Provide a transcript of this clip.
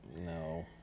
No